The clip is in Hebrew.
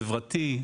חברתי,